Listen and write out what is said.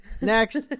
Next